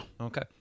Okay